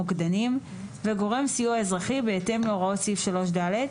מוקדנים וגורם סיוע אזרחי בהתאם להוראות סעיף 3ד,